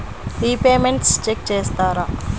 Repayments check చేస్తారా?